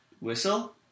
whistle